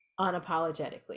unapologetically